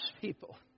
people